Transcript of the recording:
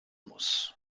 muss